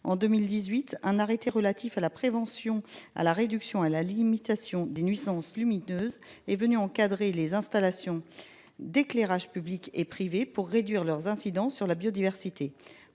En 2018, un arrêté relatif à la prévention à la réduction à la limitation des nuisances lumineuses est venu encadrer les installations d'éclairage public et privé pour réduire leurs incidences sur la biodiversité,